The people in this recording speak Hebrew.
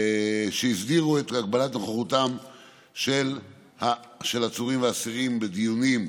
שהסדירו את הגבלת נוכחותם של עצורים ואסירים בדיונים.